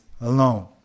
alone